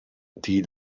die